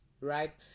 Right